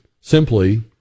simply